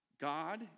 God